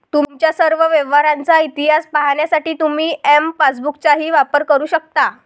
तुमच्या सर्व व्यवहारांचा इतिहास पाहण्यासाठी तुम्ही एम पासबुकचाही वापर करू शकता